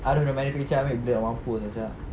I don't know many picture ambil budak whampoa ah sia